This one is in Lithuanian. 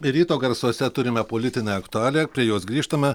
ryto garsuose turime politinę aktualiją prie jos grįžtame